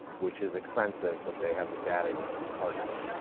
which is expensive, but they have the data, you can target it.